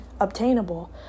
obtainable